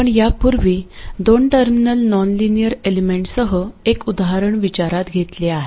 आपण यापूर्वी दोन टर्मिनल नॉनलिनियर एलिमेंटसह एक उदाहरण विचारात घेतले आहे